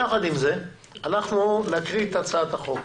יחד עם זה, אנחנו נקריא את הצעת החוק.